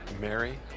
Mary